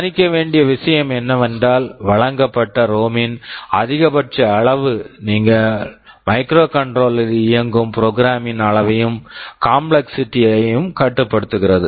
கவனிக்க வேண்டிய விஷயம் என்னவென்றால் வழங்கப்பட்ட ரோம் ROM ன் அதிகபட்ச அளவு நீங்கள் மைக்ரோகண்ட்ரோலர் microcontroller -ல் இயங்கும் ப்ரோக்ராம் program ன் அளவையும் காம்ப்ளெக்ஸிட்டி complexity ஐயும் கட்டுப்படுத்துகிறது